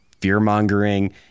fear-mongering